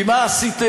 כי מה עשיתם?